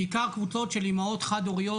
בעיקר קבוצות של אימהות חד-הוריות,